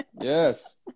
Yes